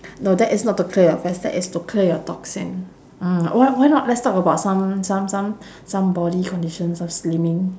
no that is not to clear your fats that is to clear your toxin mm why why not let's talk about some some some some body conditions of slimming